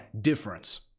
difference